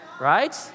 right